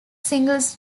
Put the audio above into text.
singles